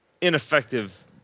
ineffective